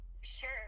sure